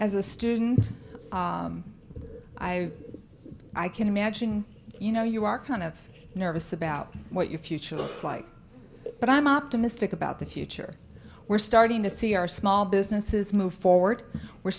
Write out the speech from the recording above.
as a student i i can imagine you know you are kind of nervous about what your future looks like but i'm optimistic about the future we're starting to see our small businesses move forward we're